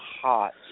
hot